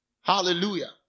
Hallelujah